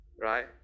right